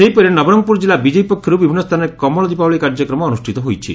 ସେହିପରି ନବରଙ୍ଙପୁର କିଲ୍ଲା ବିଜେପି ପକ୍ଷରୁ ବିଭିନ୍ନ ସ୍ରାନରେ କମଳ ଦୀପାବଳି କାର୍ଯ୍ୟକ୍ରମ ଅନୁଷ୍ଠିତ ହୋଇଛି